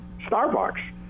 Starbucks